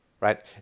right